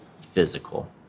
physical